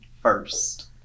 first